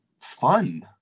fun